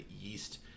yeast